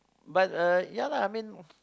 but uh ya lah I mean